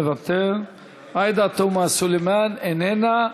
מוותר עאידה תומא סלימאן, איננה.